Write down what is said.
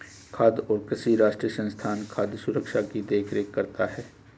खाद्य और कृषि राष्ट्रीय संस्थान खाद्य सुरक्षा की देख रेख करता है